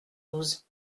douze